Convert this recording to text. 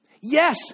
Yes